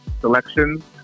selections